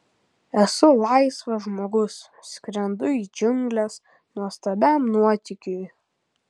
esu laisvas žmogus skrendu į džiungles nuostabiam nuotykiui